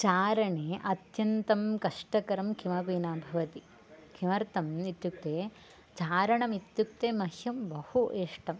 चारणे अत्यन्तं कष्टकरं किमपि न भवति किमर्थम् इत्युक्ते चारणम् इत्युक्ते मह्यं बहु इष्टम्